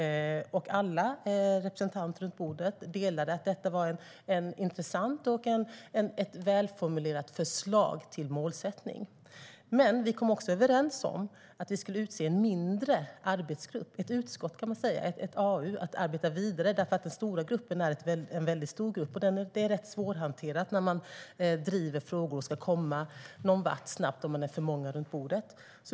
Alla representanter runt bordet delade uppfattningen att detta var ett intressant och välformulerat förslag till målsättning. Men vi kom också överens om att vi skulle utse en mindre arbetsgrupp - ett utskott, kan man säga, ett AU - att arbeta vidare, eftersom den stora gruppen är väldigt stor. Det är rätt svårhanterat när man driver frågor och ska komma någon vart snabbt om man är för många runt bordet.